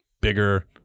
bigger